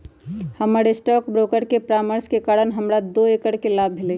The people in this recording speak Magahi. हमर स्टॉक ब्रोकर के परामर्श के कारण हमरा दो करोड़ के लाभ होलय